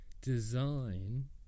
design